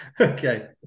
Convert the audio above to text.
Okay